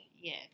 Yes